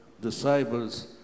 disciples